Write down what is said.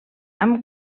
amb